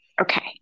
okay